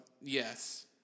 Yes